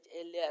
earlier